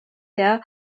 der